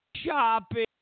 Shopping